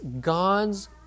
God's